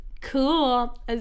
Cool